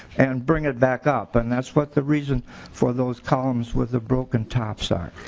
and bring it back up and that's what the reason for those columns were the broken tops are.